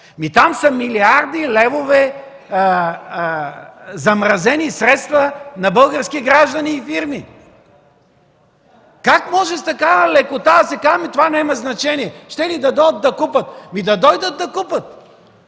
Там са милиарди левове замразени средства на български граждани и фирми! Как може с такава лекота да се каже: ами, това няма значение?! Щели да дойдат да купят – ами, да дойдат да купят!